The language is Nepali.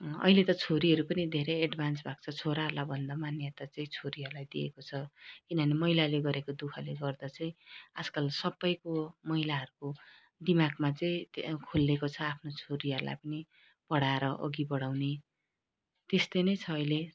अँ अहिले त छोरीहरू पनि धेरै एडभान्स भएको छ छोराहरूलाई भन्दा पनि मान्यता चाहिँ छोरीहरूलाई दिएको छ किनभने महिलाले गरेको दुखले गर्दा चाहिँ आजकल सबैको महिलाहरूको दिमागमा चाहिँ त्यो खुलिएको छ छोरीहरूलाई पनि पढाएर अघि बढाउने त्यस्तै नै छ अहिले